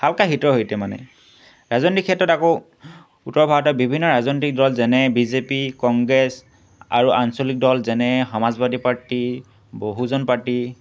হালকা শীতৰ সৈতে মানে ৰাজনৈতিক ক্ষেত্ৰত আকৌ উত্তৰ ভাৰতৰ বিভিন্ন ৰাজনীতিক দল যেনে বি জে পি কংগ্ৰেছ আৰু আঞ্চলিক দল যেনে সমাজবাদী পাৰ্টী বহুজন পাৰ্টী